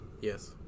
Yes